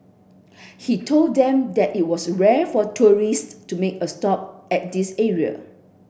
he told them that it was rare for tourists to make a stop at this area